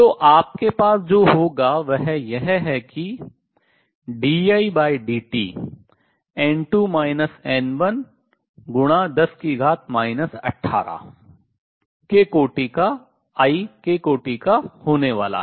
तो आपके पास जो होगा वह यह है कि dIdT ×10 18I के कोटि का होने वाला है